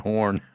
Horn